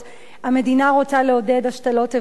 המדינה רוצה לעודד השתלות איברים.